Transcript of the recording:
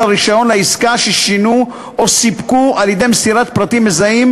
הרישיון לעסקה ששינו או סיפקו על-ידי מסירת פרטים מזהים